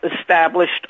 established